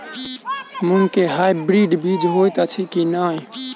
मूँग केँ हाइब्रिड बीज हएत अछि की नै?